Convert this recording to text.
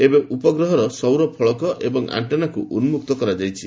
ଏବେ ଉପଗ୍ରହର ସୌରଫଳକ ଏବଂ ଆଣ୍ଟେନାକୁ ଉନ୍ନୁକ୍ତ କରାଯାଇଛି